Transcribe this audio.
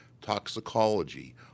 toxicology